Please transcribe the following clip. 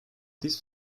these